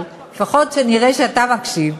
אבל לפחות שאני אראה שאתה מקשיב,